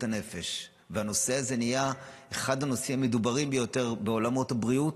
הנפש והנושא הזה נהיה אחד הנושאים המדוברים ביותר בעולמות הבריאות,